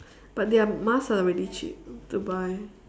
but their mask are really cheap to buy